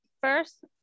first